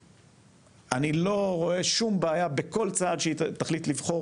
ואני לא רואה שום בעיה בכל צעד שהיא תחליט לבחור